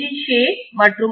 சே மற்றும் ஓ